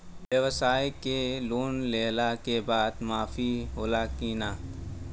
ब्यवसाय के लोन लेहला के बाद माफ़ होला की ना?